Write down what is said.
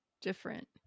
different